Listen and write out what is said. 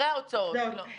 היא לא יודעת